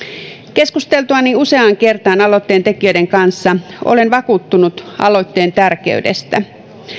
keskusteltuani useaan kertaan aloitteen tekijöiden kanssa olen vakuuttunut aloitteen tärkeydestä